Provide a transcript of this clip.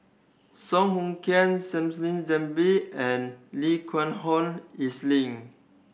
Song Hoot Kiam Salleh Japar and Lee Geck Hoon